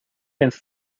więc